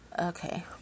okay